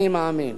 אני מאמין.